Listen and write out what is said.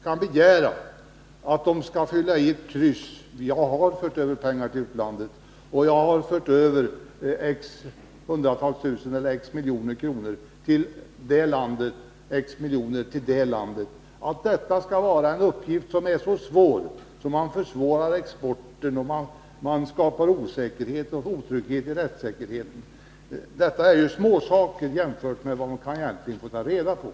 Vad det handlar om är att sätta ett kryss i en ruta och därmed ange att man har fört över pengar till utlandet och att sedan uppge x hundratal tusen eller x milj.kr. till det landet, x miljoner till ett annat osv. Enligt moderaterna skulle detta uppgiftslämnande bli så besvärligt att det försvårar exporten, och vidare skulle det skapa osäkerhet och utgöra ett hot mot rättssäkerheten. Men detta är ju småsaker jämfört med vad myndigheter annars kan få ta reda på.